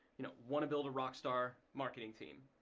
you know, want to build a rockstar marketing team,